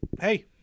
hey